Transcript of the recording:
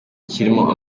kirimo